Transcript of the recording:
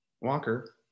Walker